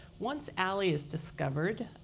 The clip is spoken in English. once ally is discovered,